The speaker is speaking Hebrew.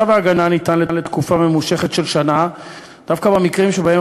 צו ההגנה ניתן לתקופה ממושכת של שנה במקרים שבהם